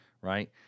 right